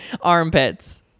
armpits